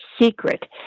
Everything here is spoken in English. secret